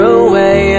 away